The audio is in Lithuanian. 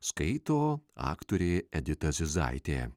skaito aktorė edita zizaitė